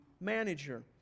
manager